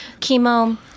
Chemo